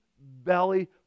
belly